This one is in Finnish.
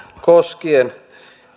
koskien